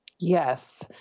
Yes